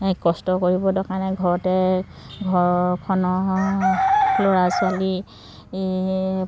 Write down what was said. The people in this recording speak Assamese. কষ্ট কৰিবৰ দৰকা নাই ঘৰতে ঘৰখনৰ ল'ৰা ছোৱালী